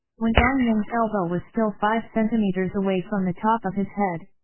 when dong yin's elbow was still five centimeters away from the top of his head,